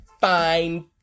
fine